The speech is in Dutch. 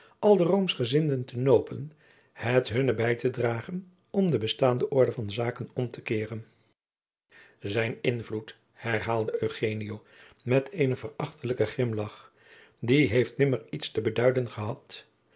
al de roomschgezinden te nopen het hunne bij te dragen om de bestaande orde van zaken om te keeren zijn invloed herhaalde eugenio met eenen verachtelijken grimlagch die heeft nimmer iets te beduiden gehad